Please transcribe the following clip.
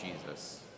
Jesus